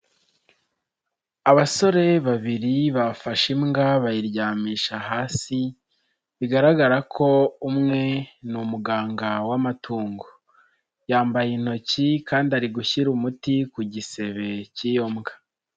Abasore babiri bafashe imbwa bayiryamisha hasi bigaragara ko umwe ni umuganga w'amatungo, yambaye intoki kandi ari gushyira umuti ku gisebe k'iyo mbwa.